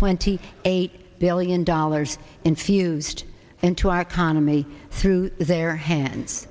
twenty eight billion dollars infused into our condo me through their hands